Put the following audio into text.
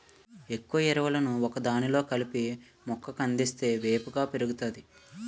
ఎక్కువ ఎరువులను ఒకదానిలో కలిపి మొక్క కందిస్తే వేపుగా పెరుగుతాది